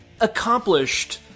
accomplished